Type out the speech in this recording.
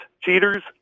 cheaters